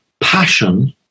passion